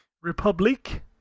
Republic